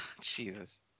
Jesus